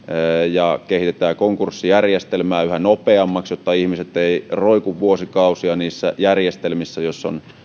ja kehitetään konkurssijärjestelmää yhä nopeammaksi jotta ihmiset eivät roiku vuosikausia niissä järjestelmissä jos on